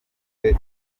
gihe